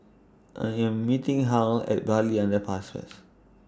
I Am meeting Harl At Bartley Underpass First